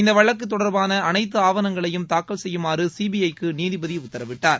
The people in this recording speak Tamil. இந்த வழக்கு தொடர்பான அனைத்து ஆவணங்களையும் தாக்குல் செய்யுமாறு சிபிஐக்கு நீதிபதி உத்தரவிட்டார்